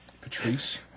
Patrice